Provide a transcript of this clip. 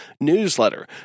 newsletter